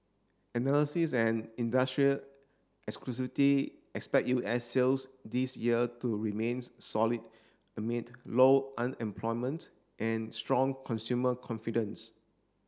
analysis and industrial expect U S sales this year to remains solid amid low unemployment and strong consumer confidence